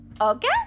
okay